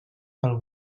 pel